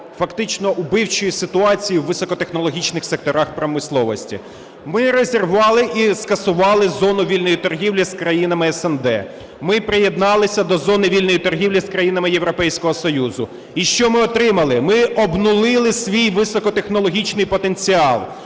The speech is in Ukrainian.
фактично вбивчої ситуації у високотехнологічних секторах промисловості. Ми розірвали і скасували зону вільної торгівлі з країнами СНД. Ми приєдналися до зони вільної торгівлі з країнами Європейського Союзу. І що ми отримали? Ми обнулили свій високотехнологічний потенціал.